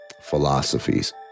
philosophies